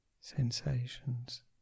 sensations